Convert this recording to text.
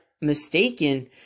mistaken